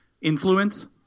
influence